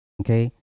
Okay